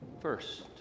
first